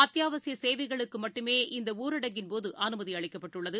அத்தியாவசியசேவைகளுக்குமட்டுமே இந்தஊரடங்கின்போதுஅனுமதிஅளிக்கப்பட்டுள்ளது